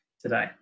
today